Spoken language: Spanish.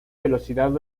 velocidad